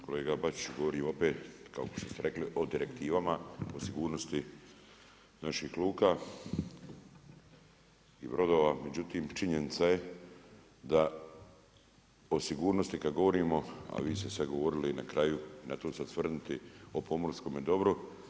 Kolega Bačiću govori opet kao što ste rekli o direktivama, o sigurnosti naših luka i brodova, međutim, činjenica je da o sigurnosti kad govorimo, a vi ste sad govorili, na kraju, na to ću se sad osvrnuti o pomorskome dobru.